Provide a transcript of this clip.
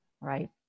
Right